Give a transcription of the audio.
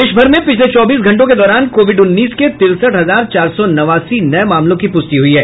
देशभर में पिछले चौबीस घंटों के दौरान कोविड उन्नीस के तिरसठ हजार चार सौ नवासी नये मामलों की पुष्टि हुई है